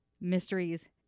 mysteries